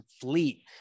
fleet